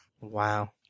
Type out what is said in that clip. Wow